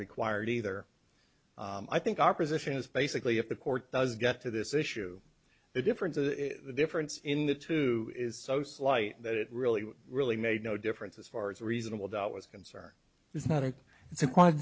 required either i think our position is basically if the court does get to this issue the difference of the difference in the two is so slight that it really really made no difference as far as reasonable doubt was concerned